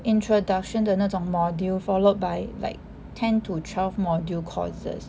introduction 的那种 module followed by like ten to twelve module courses